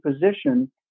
position